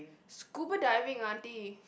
scuba diving auntie